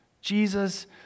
Jesus